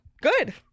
Good